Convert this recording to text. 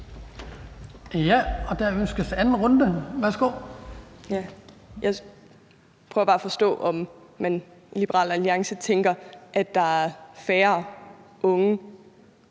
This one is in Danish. Kl. 12:23 Anne Hegelund (EL): Jeg prøver bare at forstå, om man i Liberal Alliance tænker, at der er færre unge,